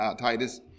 Titus